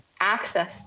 access